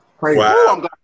Wow